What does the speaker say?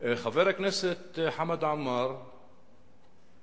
חבר הכנסת חמד עמאר במענה,